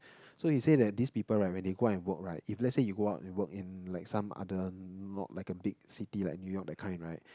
so he say that these people right when they go out and work right if let's say you go out and work in like some other not like a big city like New-York that kind right